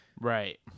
Right